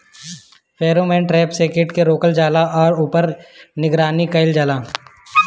Pheromone trap से कीट के रोकल जाला और ऊपर निगरानी कइल जाला?